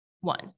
One